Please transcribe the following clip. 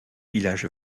villages